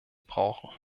brauchen